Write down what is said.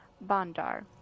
Bandar